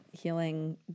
healing